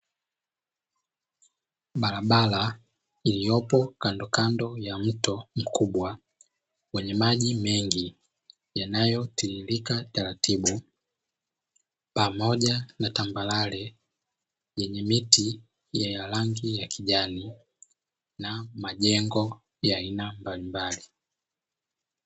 Barabara iliyopo kandokando ya mto mkubwa wenye maji mengi yanayotiririka taratibu, pamoja na tambarare yenye miti ya rangi ya kijani na majengo ya aina mbalimbali.